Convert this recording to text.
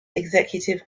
executive